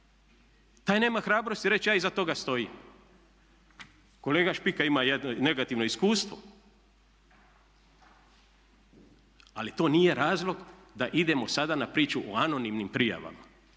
Taj nema hrabrosti reći ja iza toga stojim. Kolega Špika ima jedno negativno iskustvo ali to nije razlog da idemo sada na priču o anonimnim prijavama,